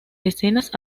escenas